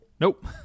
Nope